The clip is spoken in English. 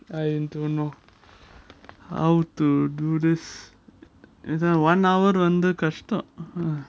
I don't know how to do this this one one hour வந்து கஷ்டம்:vandhu kastam